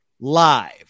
live